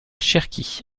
cherki